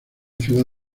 ciudad